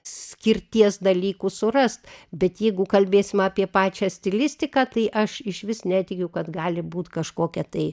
skirties dalykų surast bet jeigu kalbėsim apie pačią stilistiką tai aš išvis netikiu kad gali būt kažkokia tai